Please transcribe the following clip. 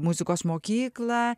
muzikos mokyklą